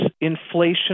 inflation